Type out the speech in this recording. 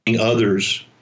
others